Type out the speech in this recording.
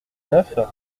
neuf